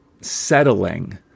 settling